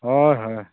ᱦᱳᱭ ᱦᱳᱭ